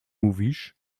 mówisz